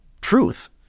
truth